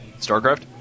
Starcraft